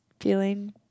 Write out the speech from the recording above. feeling